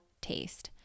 taste